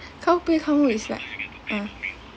is like uh